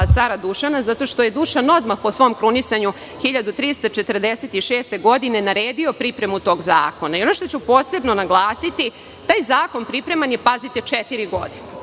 cara Dušana, zato što je Dušan odmah po svom krunisanju 1346. godine naredio pripremu tog zakona. Ono što ću posebno naglasiti, taj zakon pripreman je, pazite, četiri godine.